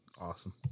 Awesome